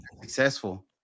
successful